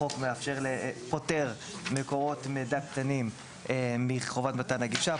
החוק פוטר מקורות מידע קטנים מחובת מתן הגישה.